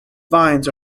vines